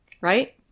right